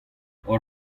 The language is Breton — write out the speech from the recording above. hor